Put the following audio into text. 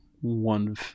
one